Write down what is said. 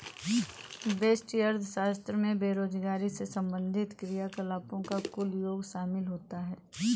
व्यष्टि अर्थशास्त्र में बेरोजगारी से संबंधित क्रियाकलापों का कुल योग शामिल होता है